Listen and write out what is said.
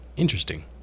Interesting